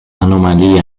anomalie